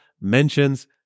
mentions